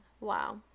Wow